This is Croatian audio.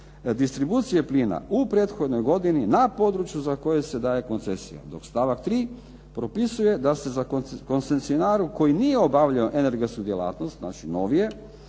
distribucije plina u prethodnoj godini na području za koje se daje koncesija. Dok stavak 3. propisuje da se koncesionaru koji nije obavljao energetsku djelatnost, znači novije